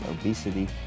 obesity